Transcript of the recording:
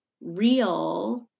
real